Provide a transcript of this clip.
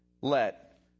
let